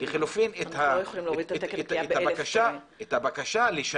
לחילופין את הבקשה -- אנחנו לא יכולים להוריד את תקן הכליאה ב-1,000.